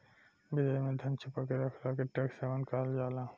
विदेश में धन छुपा के रखला के टैक्स हैवन कहल जाला